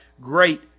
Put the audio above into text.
great